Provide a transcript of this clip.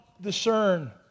Discern